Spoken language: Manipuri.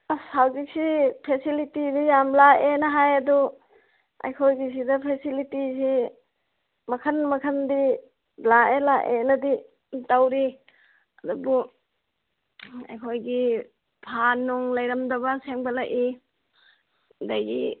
ꯑꯁ ꯍꯧꯖꯤꯛꯁꯤ ꯐꯦꯁꯤꯂꯤꯇꯤꯗꯤ ꯌꯥꯝ ꯂꯥꯛꯑꯦꯅ ꯍꯥꯏ ꯑꯗꯨ ꯑꯩꯈꯣꯏꯒꯤꯁꯤꯗ ꯐꯦꯁꯤꯂꯤꯇꯤꯁꯤ ꯃꯈꯜ ꯃꯈꯜꯗꯤ ꯂꯥꯛꯑꯦ ꯂꯥꯛꯑꯦꯅꯗꯤ ꯇꯧꯔꯤ ꯑꯗꯨꯕꯨ ꯑꯩꯈꯣꯏꯒꯤ ꯐꯥꯟ ꯅꯨꯡ ꯂꯩꯔꯝꯗꯕ ꯁꯦꯝꯒꯠꯂꯛꯏ ꯑꯗꯨꯗꯒꯤ